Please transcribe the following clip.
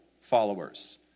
followers